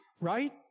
Right